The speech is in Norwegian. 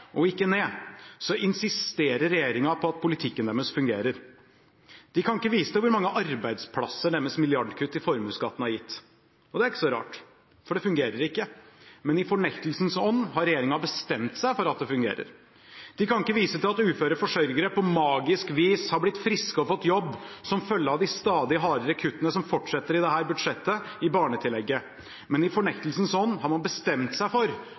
og ikke ned, insisterer regjeringen på at politikken deres fungerer. De kan ikke vise til hvor mange arbeidsplasser deres milliardkutt i formuesskatten har gitt. Det er ikke så rart, for det fungerer ikke, men i fornektelsens ånd har regjeringen bestemt seg for at det fungerer. De kan ikke vise til at uføre forsørgere på magisk vis har blitt friske og fått jobb som følge av de stadig hardere kuttene som fortsetter i dette budsjettet, i barnetillegget. I fornektelsens ånd har man bestemt seg for